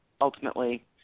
ultimately